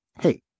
hey